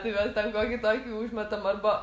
tai va ten kokį tokį užmetam arba